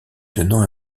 tenant